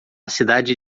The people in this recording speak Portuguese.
cidade